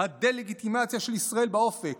הדה-לגיטימציה של ישראל באופק,